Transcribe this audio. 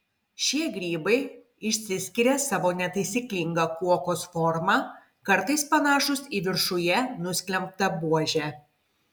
šie grybai išsiskiria savo netaisyklinga kuokos forma kartais panašūs į viršuje nusklembtą buožę